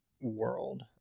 world